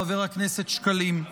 חבר הכנסת שקלים.